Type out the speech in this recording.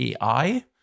ai